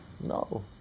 No